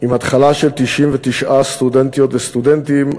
עם התחלה של 99 סטודנטיות וסטודנטים,